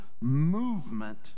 movement